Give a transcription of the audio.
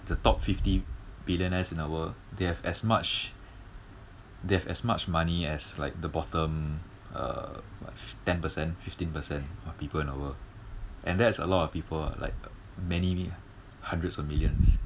the top fifty billionaires in the world they have as much they have as much money as like the bottom uh how much ten per cent fifteen per cent of people in the world and that's a lot of people ah like many hundreds of millions